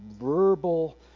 verbal